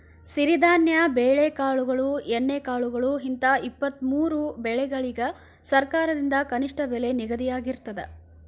ಸಿರಿಧಾನ್ಯ ಬೆಳೆಕಾಳುಗಳು ಎಣ್ಣೆಕಾಳುಗಳು ಹಿಂತ ಇಪ್ಪತ್ತಮೂರು ಬೆಳಿಗಳಿಗ ಸರಕಾರದಿಂದ ಕನಿಷ್ಠ ಬೆಲೆ ನಿಗದಿಯಾಗಿರ್ತದ